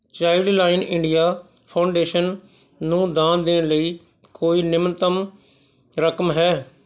child line India foundation ਨੂੰ ਦਾਨ ਦੇਣ ਲਈ ਕੋਈ ਨਿਮਨਤਮ ਰਕਮ ਹੈ